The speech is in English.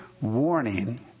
warning